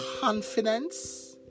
confidence